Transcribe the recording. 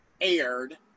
aired